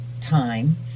time